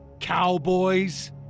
cowboys